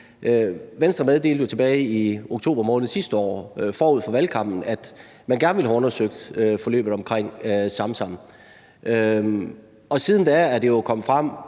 Venstre meddelte jo tilbage i oktober måned sidste år forud for valgkampen, at man gerne ville have undersøgt forløbet omkring Samsam, og siden da er det jo kommet frem,